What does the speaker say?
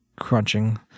crunching